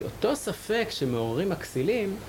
באותו ספק שמעוררים הכסילים